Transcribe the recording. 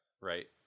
right